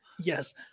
Yes